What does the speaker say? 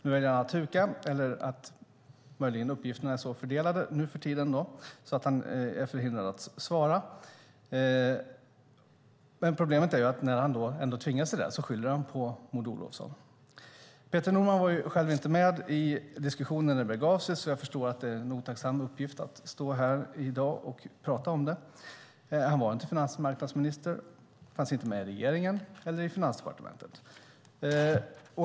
Nu väljer han att huka eller så är uppgifterna möjligen så fördelade nuförtiden att han är förhindrad att svara. Men problemet är att när han ändå tvingas till det skyller han på Maud Olofsson. Peter Norman var ju själv inte med i diskussionen när det begav sig, så jag förstår att det är en otacksam uppgift att stå här i dag och tala om det. Han var inte finansmarknadsminister och fanns inte med i regeringen eller i Finansdepartementet.